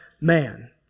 man